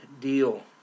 deal